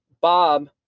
Bob